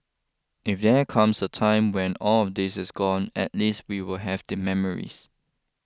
if there comes a time when all of this is gone at least we will have the memories